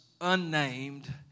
unnamed